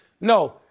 no